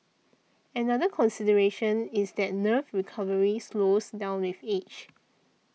another consideration is that nerve recovery slows down with age